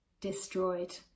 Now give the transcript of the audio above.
destroyed